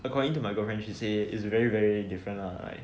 according to my girlfriend she say it's very very different lah like